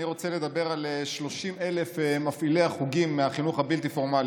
אני רוצה לדבר על 30,000 מפעילי החוגים מהחינוך הבלתי-פורמלי.